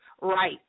right